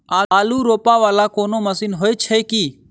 आलु रोपा वला कोनो मशीन हो छैय की?